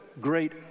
great